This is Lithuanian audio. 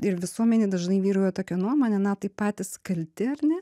ir visuomenėj dažnai vyrauja tokia nuomonė na tai patys kalti ar ne